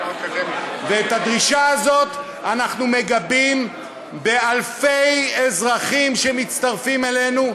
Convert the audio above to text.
את הדרישה הזאת אנחנו מגבים באלפי אזרחים שמצטרפים אלינו,